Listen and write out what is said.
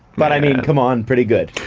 but i mean come on, pretty good.